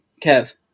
Kev